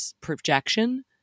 projection